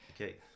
okay